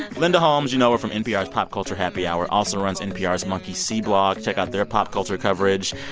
linda holmes you know her from npr's pop culture happy hour, also runs npr's monkey see blog. check out their pop culture coverage.